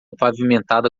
pavimentada